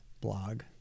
Blog